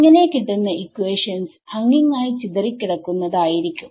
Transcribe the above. ഇങ്ങനെ കിട്ടുന്ന ഇക്വേഷൻസ് അങ്ങിങ്ങായി ചിതറിക്കിടക്കുന്നതായിരിക്കും